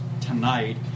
tonight